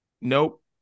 Nope